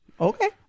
Okay